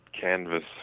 canvas